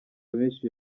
benshi